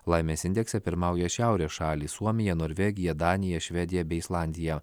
laimės indekse pirmauja šiaurės šalys suomija norvegija danija švedija bei islandija